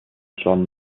john